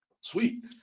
sweet